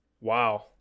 wow